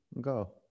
Go